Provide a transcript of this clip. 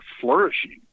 flourishing